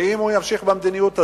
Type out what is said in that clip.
ואם הוא ימשיך במדיניות הזאת,